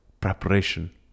preparation